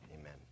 amen